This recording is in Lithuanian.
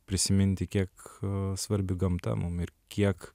prisiminti kiek svarbi gamta mum ir kiek